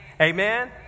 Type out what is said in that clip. Amen